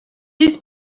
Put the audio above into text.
биз